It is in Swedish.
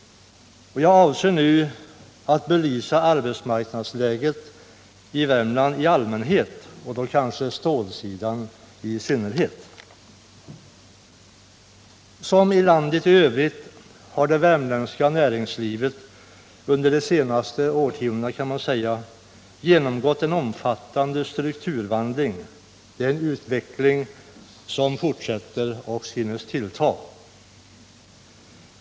Jag avser i dag att belysa arbetsmark nadsläget i Värmland i allmänhet och på stålsidan i synnerhet. Som i landet i övrigt har näringslivet i Värmland under de senaste årtiondena genomgått en omfattande strukturomvandling. Det är en utveckling som fortsätter och synes tillta.